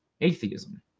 atheism